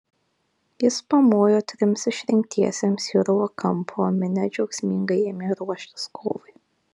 jis pamojo trims išrinktiesiems į urvo kampą o minia džiaugsmingai ėmė ruoštis kovai